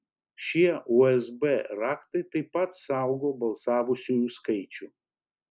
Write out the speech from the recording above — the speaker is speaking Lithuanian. šie usb raktai taip pat saugo balsavusiųjų skaičių